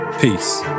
Peace